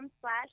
slash